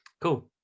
Cool